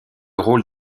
rôle